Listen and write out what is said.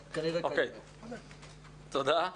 תודה.